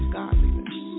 godliness